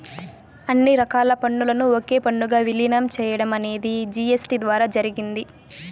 అన్ని రకాల పన్నులను ఒకే పన్నుగా విలీనం చేయడం అనేది జీ.ఎస్.టీ ద్వారా జరిగింది